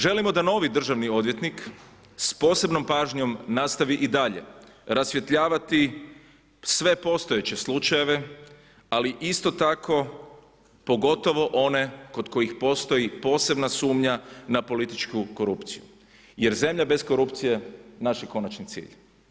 Želimo da novi državni odvjetnik s posebnom pažnjom nastavi i dalje rasvjetljavati sve postojeće slučajeve ali isto tako pogotovo one kod koji postoji posebna sumnja na političku korupciju jer zemlja bez korupcije naš je konačni cilj.